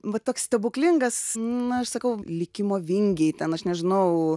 vat toks stebuklingas na aš sakau likimo vingiai ten aš nežinau